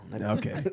Okay